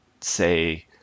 say